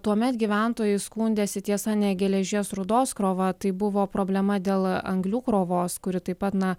tuomet gyventojai skundėsi tiesa ne geležies rūdos krova tai buvo problema dėl anglių krovos kuri taip pat na